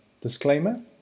disclaimer